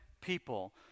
people